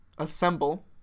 assemble